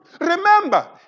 Remember